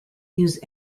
use